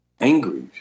angry